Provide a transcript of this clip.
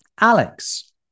Alex